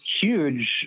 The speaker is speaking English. huge